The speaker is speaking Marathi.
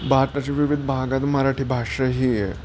भारतााची विविध भागात मराठी भाषा हि आहे